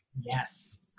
yes